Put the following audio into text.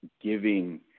giving